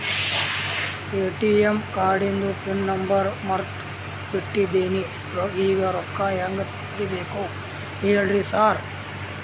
ATM ಕಾರ್ಡಿಂದು pin number ಮರ್ತ್ ಬಿಟ್ಟಿದೇನಿ ಈಗ ರೊಕ್ಕಾ ಹೆಂಗ್ ತೆಗೆಬೇಕು ಹೇಳ್ರಿ ಸಾರ್